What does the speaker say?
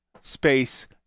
space